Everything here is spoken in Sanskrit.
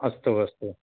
अस्तु अस्तु